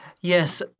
Yes